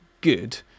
good